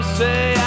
say